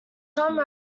some